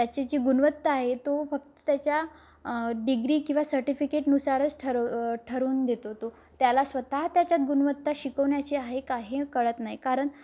त्याची जी गुणवत्ता आहे तो फक्त त्याच्या डिग्री किंवा सर्टिफिकेट नुसारच ठरव ठरवून देतो तो त्याला स्वतः त्याच्यात गुणवत्ता शिकवण्याची आहे का हे कळत नाही कारण